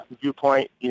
viewpoint